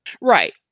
Right